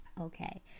okay